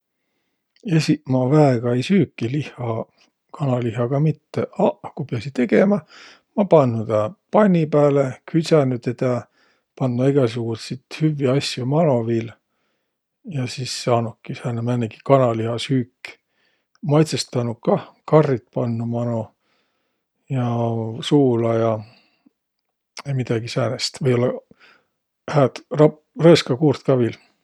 Esiq ma väega ei süüki lihha, kanalinna ka mitte, aq, ku piäsiq tegemä, ma pandnuq tä panni pääle, kudsänüq tedä, pandnuq egäsugutsit hüvvi asjo mano viil ja sis saanuki sääne määnegi kanalihasüük. Maitsõstanuq kah, karrit pandnuq mano ja suula ja, vai midägi säänest, või-ollaq hääd rõõska kuurt ka viil.